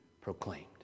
proclaimed